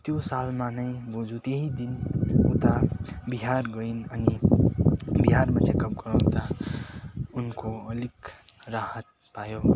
त्यो सालमा नै बोजू त्यही दिन उता बिहार गइन् अनि बिहारमा चेकअप गराउँदा उनको अलिक राहत पायो